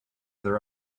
their